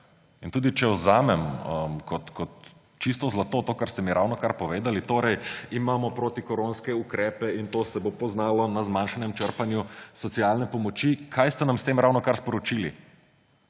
Tudi če vzamem kot čisto zlato to, kar ste mi ravnokar povedali, torej imamo protikoronske ukrepe in to se bo poznalo na zmanjšanem črpanju socialne pomoči – kaj ste nam s tem ravnokar sporočili?